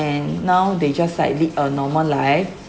and now they just like lead a normal life